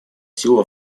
силу